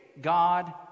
god